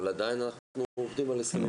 אבל עדיין אנחנו עובדים על הסכמים נוספים.